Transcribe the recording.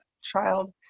child